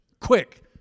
Quick